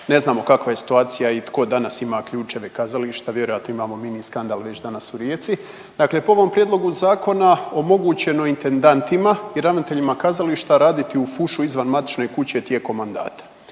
Ne znamo kakva je situacija i tko danas ima ključeve kazališta, vjerojatno imamo mini skandal već danas u Rijeci. Dakle, po ovom prijedlogu zakona omogućeno je intendantima i ravnateljima kazališta raditi u fušu izvan matične kuće tijekom mandata.